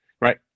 right